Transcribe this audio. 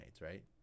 right